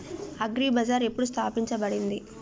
Agri bazaar ఎప్పుడు స్థాపించబడింది?